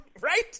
right